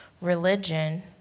religion